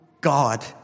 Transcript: God